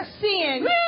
sin